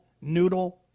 noodle